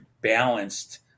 balanced